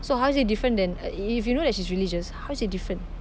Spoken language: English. so how is it different than uh if you know that she's religious how is it different